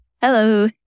Hello